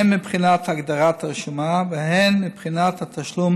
הן מבחינת הגדרת הרשומה והן מבחינת התשלום